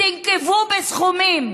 תנקבו בסכומים,